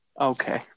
Okay